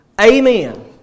Amen